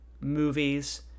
movies